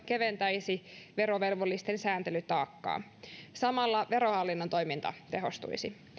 keventäisi verovelvollisten sääntelytaakkaa ja samalla verohallinnon toiminta tehostuisi